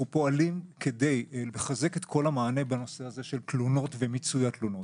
אנחנו פועלים כדי לחזק את כל המענה בנושא הזה של תלונות ומיצוי התלונות.